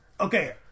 okay